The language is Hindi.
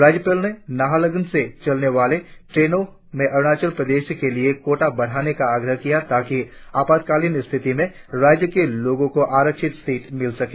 राज्यपाल ने नाहरलगुन से चलने वाली ट्रेनो में अरुणाचल प्रदेश के लिए कोटा बढ़ाने का आग्रह किया ताकि आपातकालीन स्थिति में राज्य के लोगो को आरक्षित सीट मिल सके